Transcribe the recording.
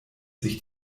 sich